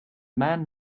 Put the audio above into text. man